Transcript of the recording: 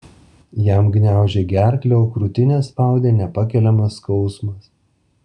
jam gniaužė gerklę o krūtinę spaudė nepakeliamas skausmas